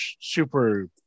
super